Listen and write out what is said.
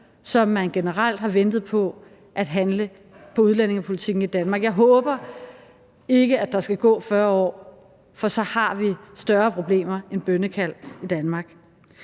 som man generelt har ventet med at handle på udlændingepolitikken i Danmark. Jeg håber ikke, at der skal gå 40 år, for så har vi større problemer end bønnekald i Danmark.